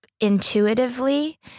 intuitively